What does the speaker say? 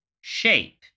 shape